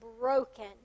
broken